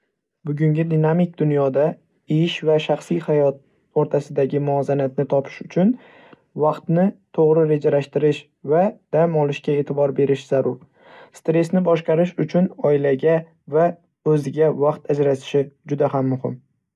Bugungi dinamik dunyoda ish va shaxsiy hayot o‘rtasidagi muvozanatni topish uchun vaqtni to‘g‘ri rejalashtirish va dam olishga e'tibor berish zarur. Stressni boshqarish uchun oilaga va o‘ziga vaqt ajratishi juda ham muhim.